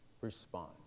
respond